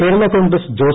Kerala Congress Jose